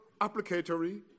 applicatory